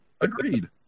Agreed